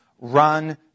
run